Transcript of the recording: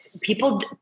people